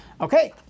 okay